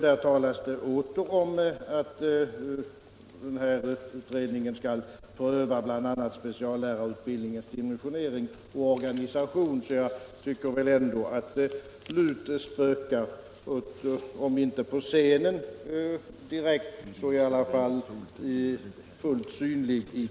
Där talas det åter om att denna utredning skall ”pröva bl.a. speciallärarutbildningens dimensioner och organisation”, så jag tycker ändå att LUT spökar — om inte direkt på scenen, så i alla fall i kulisserna och fullt synligt.